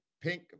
pink